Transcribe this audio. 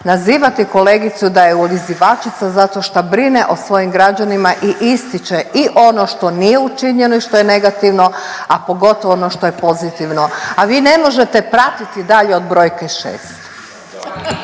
Nazivati kolegicu da je ulizivačica zato što brine o svojim građanima i ističe i ono što nije učinjeno i što je negativno, a pogotovo ono što je pozitivno, a vi ne možete pratiti dalje od brojke 6.